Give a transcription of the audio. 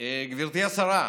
גברתי השרה,